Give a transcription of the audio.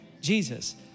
Jesus